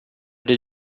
did